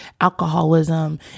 alcoholism